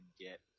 get